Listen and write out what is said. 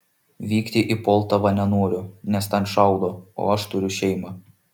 vykti į poltavą nenoriu nes ten šaudo o aš turiu šeimą